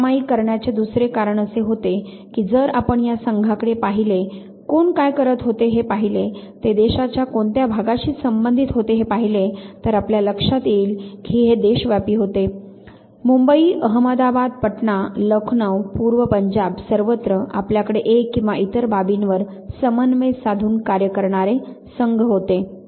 हे सामायिक करण्याचे दुसरे कारण असे होते की जर आपण या संघांकडे पाहिले कोण काय करत होते हे पाहिले ते देशाच्या कोणत्या भागाशी संबंधित होते हे पहिले तर आपल्या लक्षात येईल की हे देशव्यापी होते मुंबई अहमदाबाद पटना लखनौ पूर्व पंजाब सर्वत्र आपल्याकडे एक किंवा इतर बाबींवर समन्वय साधून कार्य करणारे संघ होते